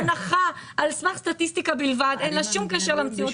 זאת הנחה על סמך סטטיסטיקה בלבד שאין לה שום קשר למציאות.